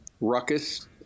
ruckus